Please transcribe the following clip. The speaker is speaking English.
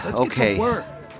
okay